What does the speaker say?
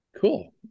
Cool